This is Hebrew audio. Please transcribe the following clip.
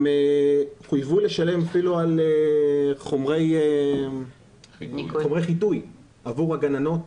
הם חויבו לשלם אפילו על חומרי חיטוי עבור הגננות.